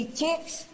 chicks